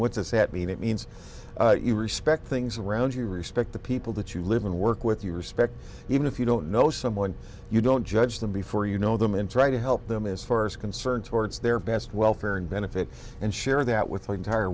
us that mean it means you respect things around you respect the people that you live and work with you respect even if you don't know someone you don't judge them before you know them and try to help them as far as concern towards their best welfare and benefit and share that with the entire